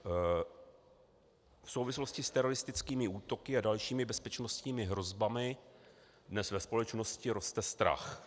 V souvislosti s teroristickými útoky a dalšími bezpečnostními hrozbami dnes ve společnosti roste strach.